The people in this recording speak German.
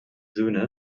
söhne